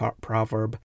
proverb